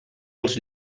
els